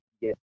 yes